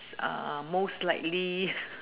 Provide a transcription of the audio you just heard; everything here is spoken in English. uh most likely